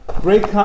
Great